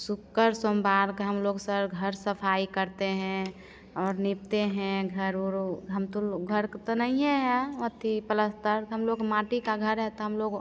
शुक्र सोमवार के हम लोग सर घर सफाई करते हैं और लीपते हैं घर उर वो हम तो ल घर के तो नहिए हैं अथी पलस्तर हम लोग माटी का घर है तो हम लोग